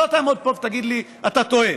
לא תעמוד פה ותגיד לי: אתה טועה.